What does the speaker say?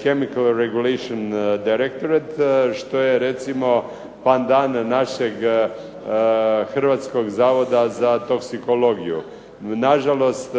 "Chemical regulacion directories" što je recimo Van Damm našeg Hrvatskog zavoda za toksikologiju. Nažalost,